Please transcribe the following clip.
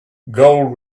gold